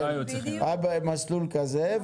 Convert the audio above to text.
הוא היה במסלול כזה,